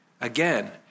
Again